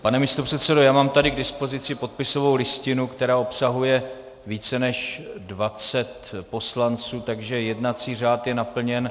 Pane místopředsedo, já mám tady k dispozici podpisovou listinu, která obsahuje více než dvacet poslanců, takže jednací řád je naplněn.